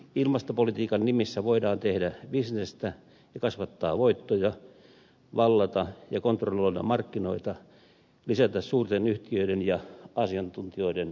ilmastopolitiikan nimissä voidaan tehdä bisnestä ja kasvattaa voittoja vallata ja kontrolloida markkinoita lisätä suurten yhtiöiden ja asiantuntijoiden valtaa